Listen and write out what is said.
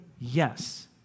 yes